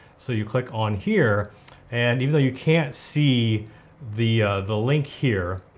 so you click on here and even though you can't see the the link here,